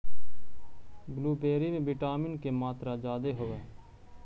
blueberry में vitamin के मात्रा जादे होब हई